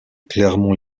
clermont